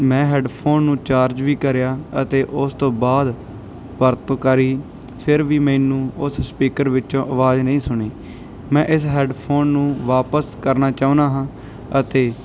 ਮੈਂ ਹੈਡਫੋਨ ਨੂੰ ਚਾਰਜ ਵੀ ਕਰਿਆ ਅਤੇ ਉਸ ਤੋਂ ਬਾਅਦ ਵਰਤੋਂ ਕਰੀ ਫਿਰ ਵੀ ਮੈਨੂੰ ਉਸ ਸਪੀਕਰ ਵਿੱਚੋਂ ਆਵਾਜ਼ ਨਹੀਂ ਸੁਣੀ ਮੈਂ ਇਸ ਹੈਡਫੋਨ ਨੂੰ ਵਾਪਸ ਕਰਨਾ ਚਾਹੁੰਦਾ ਹਾਂ ਅਤੇ